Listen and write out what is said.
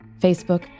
Facebook